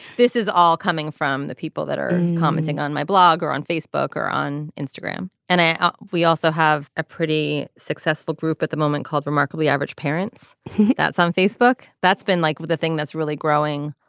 this is all coming from the people that are commenting on my blog or on facebook or on instagram and i we also have a pretty successful group at the moment called remarkably average parents that's on facebook that's been like well the thing that's really growing.